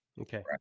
Okay